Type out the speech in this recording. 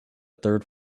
third